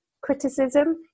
criticism